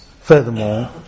Furthermore